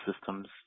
systems